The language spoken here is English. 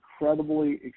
incredibly